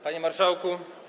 Panie Marszałku!